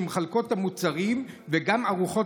והן מחלקות את המוצרים וגם ארוחות